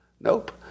nope